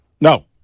No